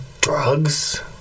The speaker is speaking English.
drugs